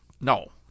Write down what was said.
no